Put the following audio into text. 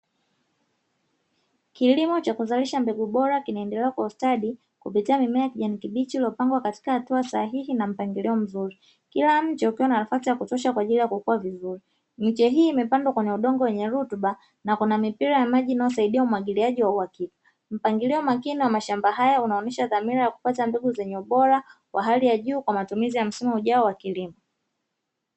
Kilimo cha kuzalisha mbegu bora kinaendelea kwa ustadi kupitia mimea ya kijani kibichi iliyopangwa kwa hatua sahihi na mpangilio mzuri, kila mche ukiwa na nafasi ya kutosha kwa ajili ya kukua vizuri, miche hii imepandwa kwenye udongo wa rutuba na kuna mipira ya maji inayosaidia umwagiliaji wa uhakika, mpangilio makini wa mashamba haya unaonyesha dhamila ya kupata mbegu bora kwa matumizi ya baadae ya kilimo.